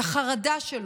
את החרדה שלו,